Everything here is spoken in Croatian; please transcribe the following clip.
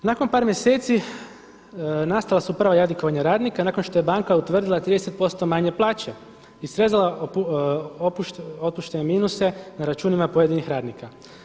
Nakon par mjeseci nastala su prva jadikovanja radnika nakon što je banka utvrdila 30 posto manje plaće i srezala otpuštene minuse na računima pojedinih radnika.